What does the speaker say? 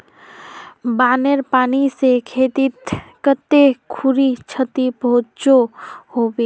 बानेर पानी से खेतीत कते खुरी क्षति पहुँचो होबे?